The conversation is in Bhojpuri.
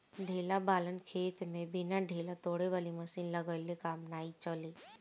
ढेला वालन खेत में बिना ढेला तोड़े वाली मशीन लगइले काम नाइ चली